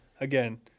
again